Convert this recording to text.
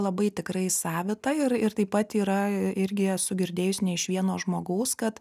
labai tikrai savita ir ir taip pat yra irgi esu girdėjus ne iš vieno žmogaus kad